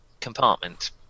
compartment